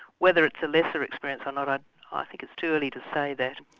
whether it's a lesser experience or not, i ah think it's too early to say that.